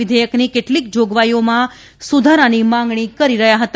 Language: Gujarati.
વિધેયકની કેટલીક જાગવાઈઓમાં સુધારાની માગણી કરી રહ્યા હતા